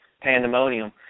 pandemonium